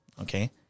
okay